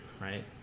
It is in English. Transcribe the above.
right